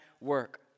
work